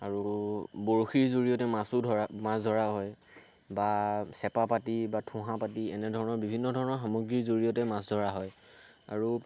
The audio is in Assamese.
আৰু বৰশীৰ জৰিয়তে মাছো ধ মাছ ধৰা হয় বা চেপা পাতি বা থোহা পাতি এনেধৰণৰ বিভিন্ন ধৰণৰ সামগ্ৰীৰ জৰিয়তে মাছ ধৰা হয় আৰু